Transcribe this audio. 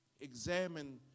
Examine